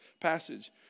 passage